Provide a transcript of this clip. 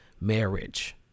marriage